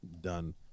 Done